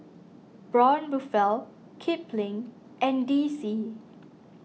Braun Buffel Kipling and D C